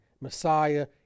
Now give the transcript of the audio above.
Messiah